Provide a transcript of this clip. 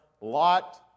Lot